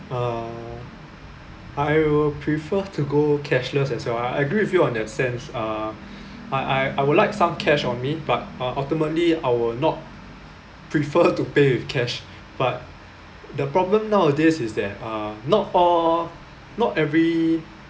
uh I will prefer to go cashless as well I I agree with you on that sense ah I I would like some cash on me but uh ultimately I will not prefer to pay with cash but the problem nowadays is that uh not all not every